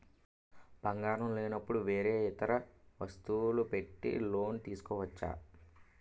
బంగారం లేనపుడు వేరే ఇతర వస్తువులు పెట్టి లోన్ తీసుకోవచ్చా?